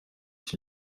iki